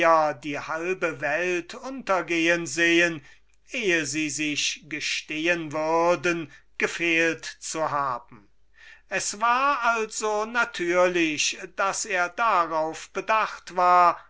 die halbe welt untergehen sehen eh sie sich nur gestehen würden daß sie gefehlt hätten es war also natürlich daß er darauf bedacht war